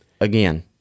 again